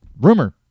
rumor